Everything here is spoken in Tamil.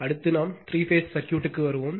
அடுத்து நாம் த்ரீ பேஸ் சர்க்யூட்க்கு வருவோம்